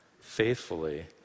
faithfully